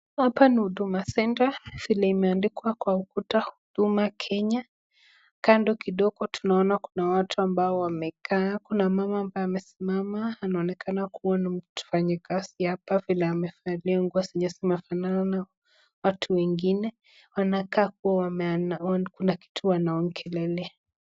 Hapa ni Huduma Centre vile imeandikwa kwa ukuta Huduma Kenya, kando kidogo tunaona kuna watu ambao wamekaa, kuna mama ambaye amesimama, anaonekana kuwa ni mfanyikazi hapa vile amevalia nguo zenye zimefanana watu wengine, wanakaa kuwa kuna kitu wanaongelelea.